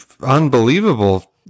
unbelievable